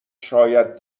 شاید